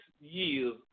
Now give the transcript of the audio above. years